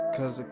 Cause